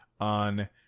on